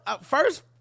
first